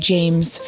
James